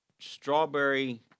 strawberry